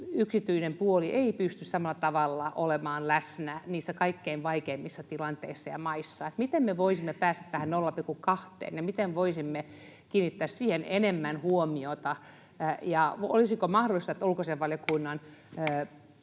yksityinen puoli ei pysty samalla tavalla olemaan läsnä niissä kaikkein vaikeimmissa tilanteissa ja maissa, niin miten me voisimme päästä tähän 0,2:een ja miten me voisimme kiinnittää siihen enemmän huomiota. Olisiko mahdollista, että ulkoasiainvaliokunnan